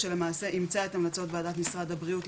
שלמעשה אימצה את המלצות וועדת משרד הבריאות,